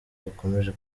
bakomeje